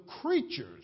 creatures